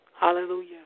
Hallelujah